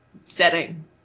setting